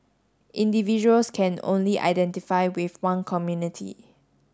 individuals can only identify with one community